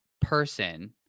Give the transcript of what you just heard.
person